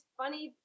funny